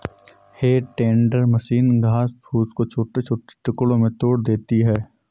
हे tender machine घास फूस को छोटे छोटे टुकड़ों में तोड़ देती है